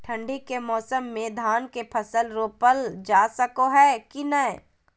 ठंडी के मौसम में धान के फसल रोपल जा सको है कि नय?